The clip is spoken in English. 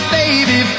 baby